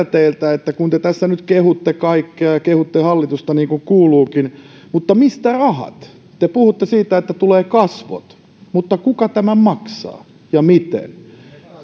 teiltä te tässä nyt kehutte kaikkea ja kehutte hallitusta niin kuin kuuluukin mutta mistä rahat te puhutte siitä että tulee kasvot mutta kuka tämän maksaa ja miten